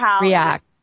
react